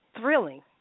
thrilling